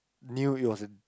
knew it was a